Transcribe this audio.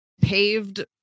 paved